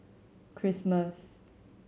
Christmas